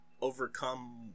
overcome